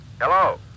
hello